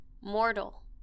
mortal